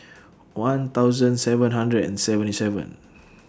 one thousand seven hundred and seventy seven